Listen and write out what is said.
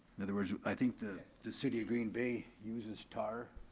in other words, i think the the city of green bay uses tar.